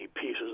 pieces